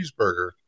cheeseburger